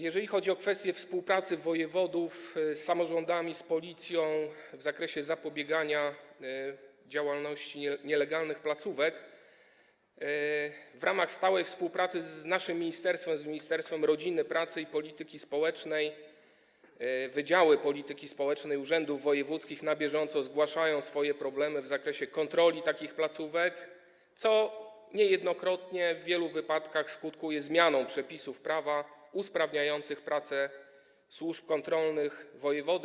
Jeżeli chodzi o kwestię współpracy wojewodów z samorządami, z Policją w zakresie zapobiegania działalności nielegalnych placówek, to w ramach stałej współpracy z naszym ministerstwem, Ministerstwem Rodziny, Pracy i Polityki Społecznej, wydziały polityki społecznej urzędów wojewódzkich na bieżąco zgłaszają swoje problemy w zakresie kontroli takich placówek, co niejednokrotnie w wielu wypadkach skutkuje zmianą przepisów prawa usprawniającą pracę służb kontrolnych wojewody.